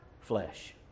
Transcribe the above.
flesh